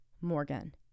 Morgan